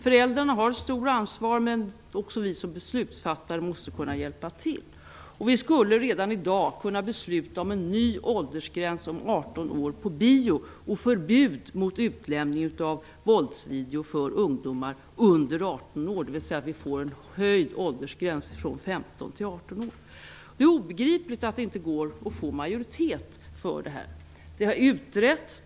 Föräldrarna har ett stort ansvar, men även vi som beslutsfattare måste kunna hjälpa till. Vi skulle redan i dag kunna fatta beslut om en ny åldersgräns på 18 år för bio och förbud mot utlämning av våldsvideo till ungdomar under 18 år. Åldersgränsen skulle alltså höjas från 15 till 18 år. Det är obegripligt att det inte går att få majoritet för det här. Det har utretts.